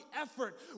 effort